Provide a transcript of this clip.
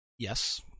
Yes